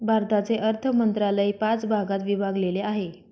भारताचे अर्थ मंत्रालय पाच भागात विभागलेले आहे